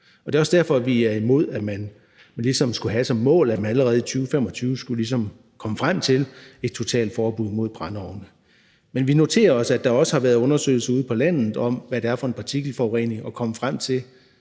Det er også derfor, vi er imod, at man skulle have som mål, at man allerede i 2025 skulle komme frem til et totalforbud mod brændeovne. Men vi noterer os, at der også har været undersøgelser på landet om, hvad det er for en partikelforurening, og man er i